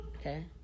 Okay